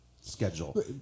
schedule